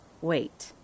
Wait